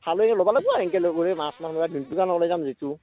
খালেই লব লাগিব আৰ এনেকে লৈ মাছ মাৰিব দিনটোৰ কাৰণে ওলাই যাম যিহেতু